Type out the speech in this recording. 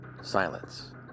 Silence